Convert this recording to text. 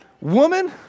Woman